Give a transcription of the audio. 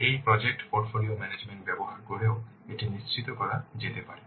এই project portfolio management ব্যবহার করেও এটি নিশ্চিত করা যেতে পারে